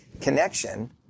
connection